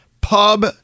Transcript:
Pub